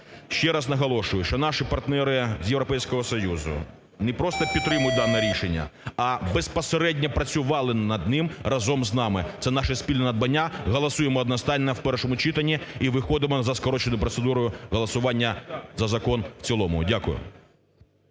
Ще раз наголошую, що наші партнери з Європейського Союзу не просто підтримують дане рішення, а безпосередньо працювали над ним разом з нами, це наше спільне надбання. Голосуємо одностайно в першому читанні і виходимо за скороченою процедурою голосування за закон в цілому. Дякую.